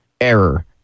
error